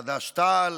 חד"ש-תע"ל.